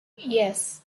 yes